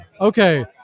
Okay